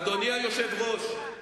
אדוני היושב-ראש,